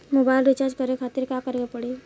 Mobile recharge करे खातिर का करे के पड़ी?